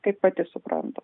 kaip pati suprantat